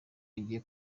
agiye